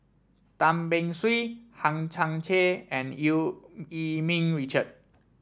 Tan Beng Swee Hang Chang Chieh and Eu Yee Ming Richard